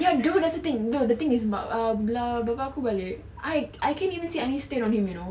ya !duh! that's the thing no the thing is about oh bila bapa aku balik I I can't even see any stain on him you know